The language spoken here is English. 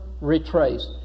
retrace